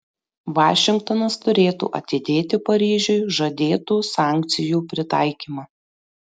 vašingtonas turėtų atidėti paryžiui žadėtų sankcijų pritaikymą